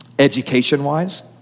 Education-wise